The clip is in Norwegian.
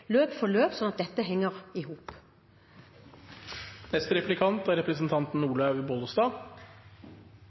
løp for løp, sånn at dette henger i hop.